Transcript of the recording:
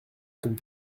comme